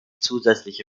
zusätzliche